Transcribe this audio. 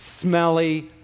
smelly